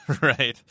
right